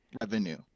revenue